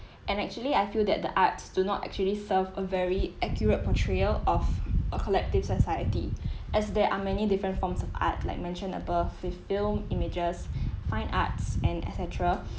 and actually I feel that the arts do not actually serve a very accurate portrayal of a collective society as there are many different forms of art like mentioned above with film images fine arts and et cetera